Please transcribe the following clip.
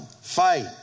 fight